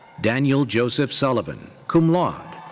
daniel joseph sullivan, cum laude.